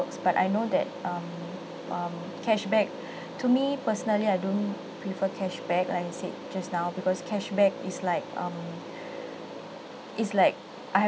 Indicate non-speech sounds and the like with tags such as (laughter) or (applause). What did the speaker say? but I know that um um cashback (breath) to me personally I don't prefer cashback like I said just now because cashback is like um is like I have